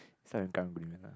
start with karang guni man lah